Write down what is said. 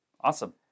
Awesome